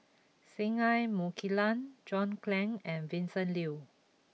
Singai Mukilan John Clang and Vincent Leow